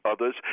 others